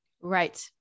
Right